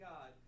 God